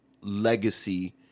legacy